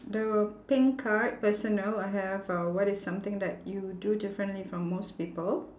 there were pink card personal I have uh what is something that you do differently from most people